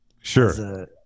Sure